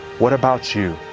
what about you?